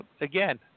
again